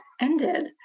ended